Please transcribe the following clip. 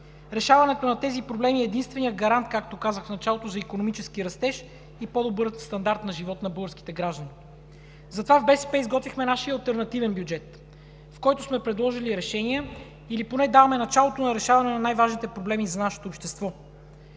Решаването на тези проблеми е единственият гарант, както казах в началото, за икономически растеж и по-добър стандарт на живот на българските граждани. Затова в БСП изготвихме нашия алтернативен бюджет, в който сме предложили решения или поне даваме началото на решаване на най-важните проблеми за нашето общество